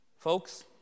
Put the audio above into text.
Folks